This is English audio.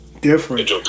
different